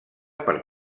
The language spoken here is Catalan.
per